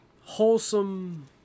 wholesome